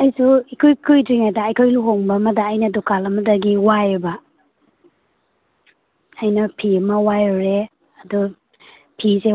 ꯑꯩꯁꯨ ꯏꯀꯨꯏ ꯀꯨꯏꯗ꯭ꯔꯤꯉꯩꯗ ꯑꯩꯈꯣꯏ ꯂꯨꯍꯣꯡꯕ ꯑꯃꯗ ꯑꯩꯅ ꯗꯨꯀꯥꯟ ꯑꯃꯗꯒꯤ ꯋꯥꯏꯌꯦꯕ ꯑꯩꯅ ꯐꯤ ꯑꯃ ꯋꯥꯏꯔꯨꯔꯦ ꯑꯗꯨ ꯐꯤꯁꯦ